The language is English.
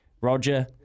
Roger